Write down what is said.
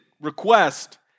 request